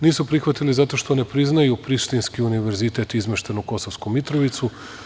Nisu prihvatili zato što ne priznaju Prištinski univerzitet izmešten u Kosovsku Mitrovicu.